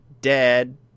dad